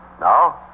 Now